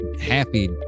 happy